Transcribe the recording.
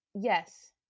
Yes